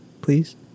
please